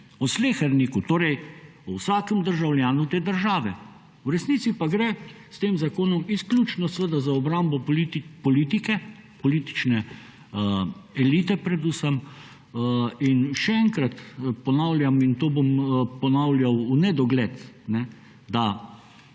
O sleherniku, torej o vsakem državljanu te države, v resnici pa gre s tem zakonom izključno za obrambo politike, politične elite predvsem. In še enkrat ponavljam in to bom ponavljal v nedogled, da